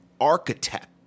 architect